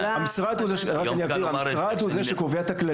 המשרד הוא זה שקובע את הכללים.